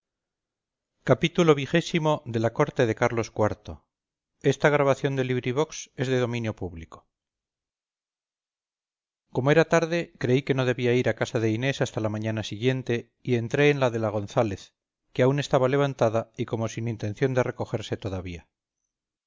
xxvi xxvii xxviii la corte de carlos iv de benito pérez galdós como era tarde creí que no debía ir a casa de inés hasta la mañana siguiente y entré en la de la gonzález que aún estaba levantada y como sin intención de recogerse todavía